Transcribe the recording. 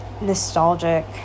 nostalgic